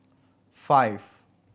five